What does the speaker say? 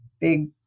big